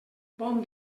bon